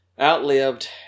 Outlived